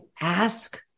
ask